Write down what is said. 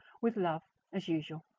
with love, as usual,